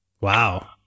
Wow